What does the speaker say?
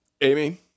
Amy